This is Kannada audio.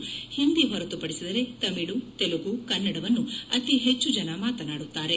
ಓಂದಿ ಹೊರತುಪಡಿಸಿದರೆ ತಮಿಳು ತೆಲುಗು ಕನ್ನಡವನ್ನು ಅತಿ ಹೆಚ್ಚು ಜನ ಮಾತನಾಡುತ್ತಾರೆ